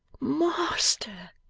master!